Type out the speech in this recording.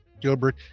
gilbert